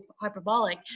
Hyperbolic